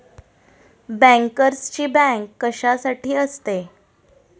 बँकर्सची बँक कशासाठी असते?